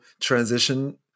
transition